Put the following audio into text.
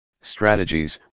strategies